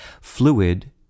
fluid